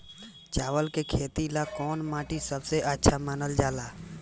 चावल के खेती ला कौन माटी सबसे अच्छा मानल जला?